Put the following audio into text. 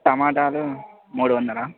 టొమాటోలు మూడు వందలా